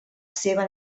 seva